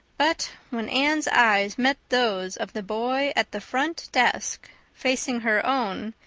but when anne's eyes met those of the boy at the front desk facing her own,